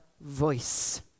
voice